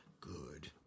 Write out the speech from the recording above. Good